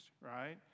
right